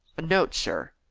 a note, sir.